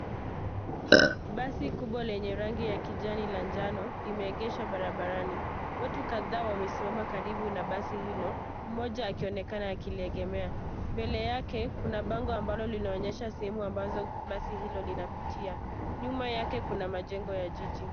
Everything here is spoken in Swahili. Basi kubwa lenye rangi ya kijani la njano imeegeshwa barabarani. Watu kadhaa wamesimama karibu na basi hilo mmoja akionekana akiliegemea. Mbele yake kuna bango ambalo linaonyesha sehemu ambazo basi hilo linapitia. Nyuma yake kuna majengo ya jiji.